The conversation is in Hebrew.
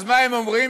אז מה הם אומרים?